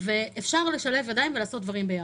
אפשר לשלב ידיים ולעשות דברים ביחד.